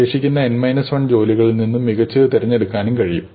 ശേഷിക്കുന്ന n minus 1 ജോലികളിൽനിന്നും മികച്ചത് തിരഞ്ഞെടുക്കാനും കഴിയും